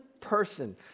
person